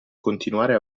continuare